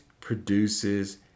produces